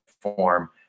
form